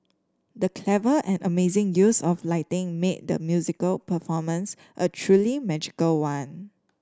the clever and amazing use of lighting made the musical performance a truly magical one